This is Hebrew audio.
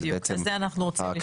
בדיוק, על זה אנחנו רוצים לשמוע.